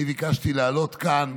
אני ביקשתי לעלות לכאן